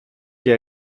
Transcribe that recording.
que